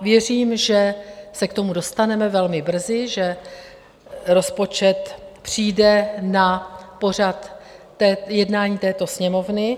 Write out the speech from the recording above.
Věřím, že se k tomu dostaneme velmi brzy, že rozpočet přijde na pořad jednání této Sněmovny.